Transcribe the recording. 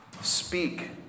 speak